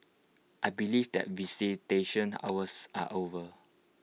I believe that visitation hours are over